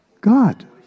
God